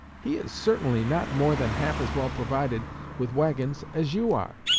he is certainly not more than half as well provided with wagons as you are.